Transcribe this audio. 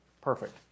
Perfect